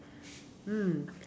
mm